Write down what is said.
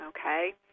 Okay